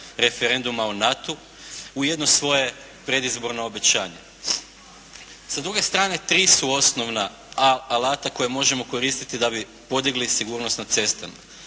referenduma o NATO-u u jedno svoje predizborno obećanje. Sa druge strane tri su osnovna alata koja možemo koristiti da bi podigli sigurnost na cestama.